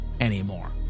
anymore